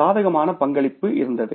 சாதகமான பங்களிப்பு இருந்தது